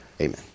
Amen